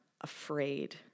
afraid